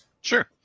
Sure